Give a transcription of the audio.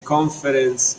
conference